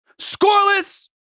Scoreless